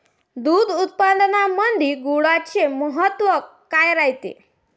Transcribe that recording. दूध उत्पादनामंदी गुळाचे महत्व काय रायते?